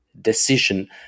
decision